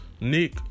Nick